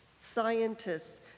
Scientists